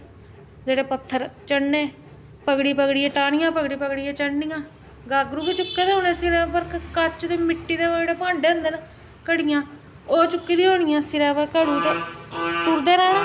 जेह्डे़ पत्थर चढ़ने पगड़ी पगड़ियै टानियां पगड़ी पगड़ियै चढ़नियां गागरू बी चुके दे होने सिरै उप्पर कच्च ते मिट्टी दे ओह् जेह्डे़ बांडे होंदे न घड़ियां ओह् चुकी दी होनियां सिरै उप्पर घड़ू ते टूरदे रैहना